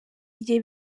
gihe